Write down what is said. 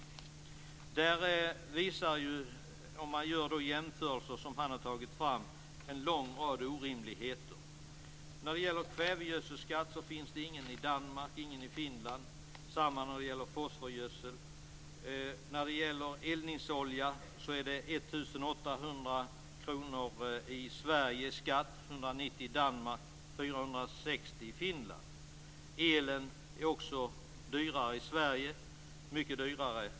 Utredaren visar utifrån gjorda jämförelser på en lång rad orimligheter. Det finns ingen kvävegödselskatt i Danmark och Finland. Samma sak gäller för fosforgödsel. För eldningsolja är skatten i Sverige 1 800 kr. Motsvarande siffra i Danmark är 190 kr och i Finland 460 kr. Elen är också dyrare i Sverige, t.o.m. mycket dyrare.